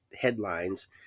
headlines